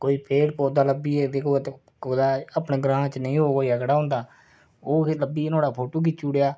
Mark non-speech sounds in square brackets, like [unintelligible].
जां कोई पेड़ पौधा लब्भी गेआ कुतै अपने ग्रां च नेईं [unintelligible] ओह् फ्ही लब्भी जा नुआढ़ा फोटू खिच्चू उड़ेआ